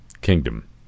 kingdom